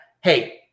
Hey